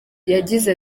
yagize